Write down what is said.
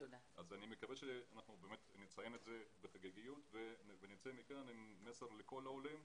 אני מקווה שנציין את היום בחגיגיות ונצא מכאן עם מסר לכל העולים,